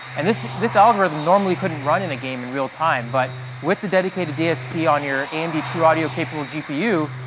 and this this algorithm normally couldn't run in a game in real time, but with the dedicated dsp on your amd and trueaudio capable gpu,